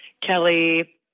Kelly